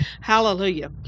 Hallelujah